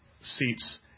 seats